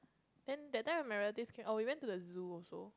then that time I remember this oh we went to the zoo also